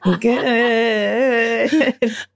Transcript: Good